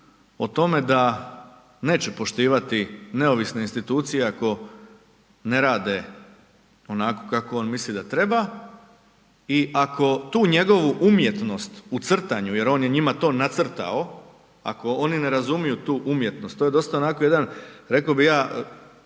o tome da neće poštivati neovisne institucije ako ne rade onako kako on misli da treba i ako tu njegovu umjetnost u crtanju jer on je njima to nacrtao, ako oni ne razumiju tu umjetnost, to je dosta onako jedan, rekao bi ja,